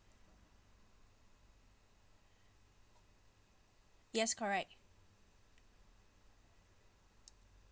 yes correct